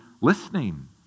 listening